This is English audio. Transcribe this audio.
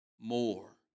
more